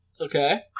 Okay